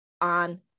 on